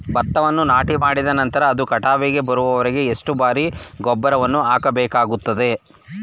ಭತ್ತವನ್ನು ನಾಟಿಮಾಡಿದ ನಂತರ ಅದು ಕಟಾವಿಗೆ ಬರುವವರೆಗೆ ಎಷ್ಟು ಬಾರಿ ಗೊಬ್ಬರವನ್ನು ಹಾಕಬೇಕಾಗುತ್ತದೆ?